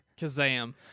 Kazam